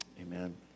Amen